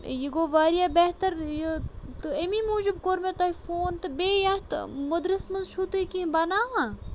یہِ گوٚو واریاہ بہتر یہِ تہٕ امی موٗجوٗب کور مےٚ تۄہہِ فون تہٕ بیٚیہِ یَتھ مٔدرِس منٛز چھِو تُہۍ کینٛہہ بَناوان